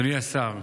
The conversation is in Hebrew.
אדוני השר,